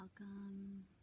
Welcome